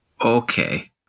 Okay